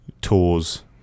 tours